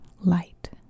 light